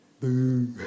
Boo